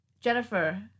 Jennifer